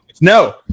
no